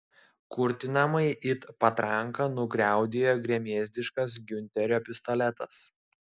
kurtinamai it patranka nugriaudėjo gremėzdiškas giunterio pistoletas